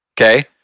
Okay